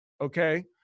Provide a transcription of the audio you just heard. Okay